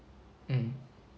mm